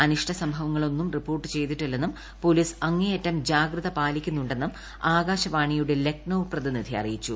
അനിഷ്ട സംഭവങ്ങളൊന്നും റിപ്പോർട്ട് ചെയ്തിട്ടില്ലെന്നും പൊലീസ് അങ്ങേയറ്റം ജാഗ്രത പാലിക്കുന്നുണ്ടെന്നും ആകാശവാണിയുടെ ലക്നൌ പ്രതിനിധി അറിയിച്ചു